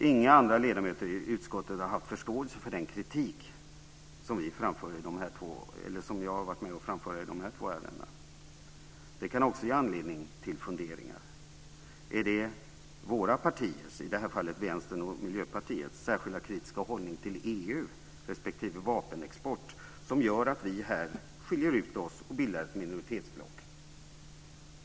Inga andra ledamöter i utskottet har haft förståelse för den kritik som jag har varit med om att framföra i dessa två ärenden. Det kan också ge anledning till funderingar. Är det våra partiers - i detta fall Vänsterns och Miljöpartiets - särskilda kritiska hållning till EU respektive vapenexport som gör att vi här skiljer ut oss och bildar ett minoritetsblock?